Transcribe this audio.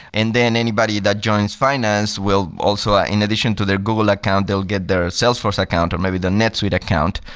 and then anybody that joins finance will also, ah in addition to their google account, they'll get their salesforce account, or maybe the netsuite account.